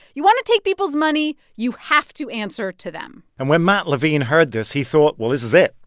you want to take people's money? you have to answer to them and when matt levine heard this, he thought well, this is it.